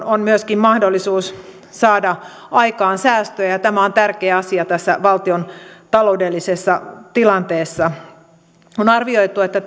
on myöskin mahdollisuus saada aikaan säästöjä ja ja tämä on tärkeä asia tässä valtion taloudellisessa tilanteessa on arvioitu että